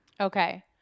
Okay